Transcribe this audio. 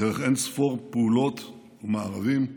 דרך אין-ספור פעולות ומארבים,